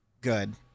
good